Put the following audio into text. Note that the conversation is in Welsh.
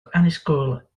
annisgwyl